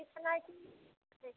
किछु नहि